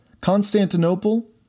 Constantinople